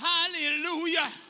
Hallelujah